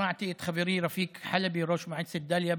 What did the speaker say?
שמעתי את חברי רפיק חלבי, ראש מועצת דאליה,